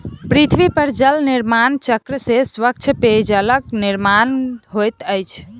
पृथ्वी पर जल निर्माण चक्र से स्वच्छ पेयजलक निर्माण होइत अछि